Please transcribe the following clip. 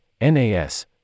nas